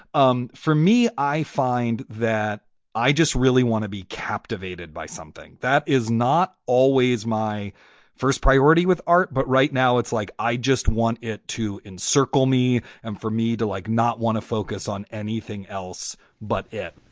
um for me, i find that i just really want to be captivated by something that is not always my first priority with art. but right now, it's like i just want it to encircle me and for me to, like, not want to focus on anything else but it